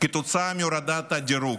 כתוצאה מהורדת הדירוג.